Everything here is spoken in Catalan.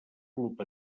club